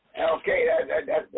Okay